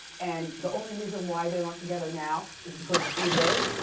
and the only reason why they aren't together now is because egos,